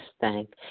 thank